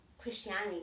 Christianity